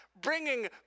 bringing